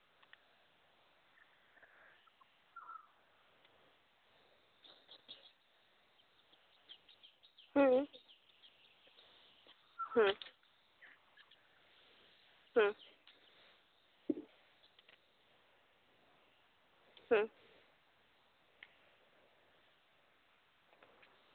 ᱦᱩᱸ ᱦᱩᱸ ᱦᱩᱸ ᱦᱩᱸ